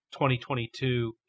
2022